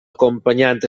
acompanyant